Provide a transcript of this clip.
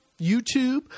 youtube